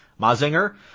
Mazinger